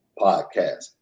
Podcast